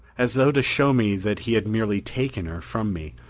as though to show me that he had merely taken her from me,